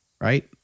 Right